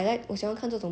mmhmm